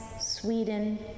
Sweden